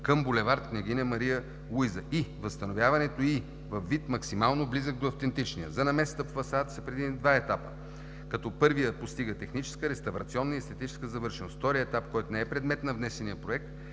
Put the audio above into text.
към булевард „Княгиня Мария Луиза“ и възстановяването ѝ във вид, максимално близък до автентичния. За намесата във фасадата са предвидени два етапа, като първият постига техническа, реставрационна и естетическа завършеност. Вторият етап, който не е предмет на внесения проект,